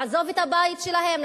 לעזוב את הבית שלהן,